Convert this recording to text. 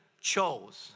chose